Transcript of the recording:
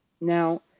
Now